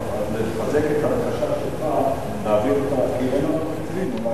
לחזק את הבקשה שלך, כי אין לנו תקציבים.